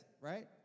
right